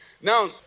now